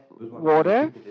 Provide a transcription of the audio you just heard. water